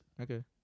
Okay